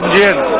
ah get